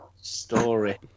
Story